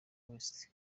west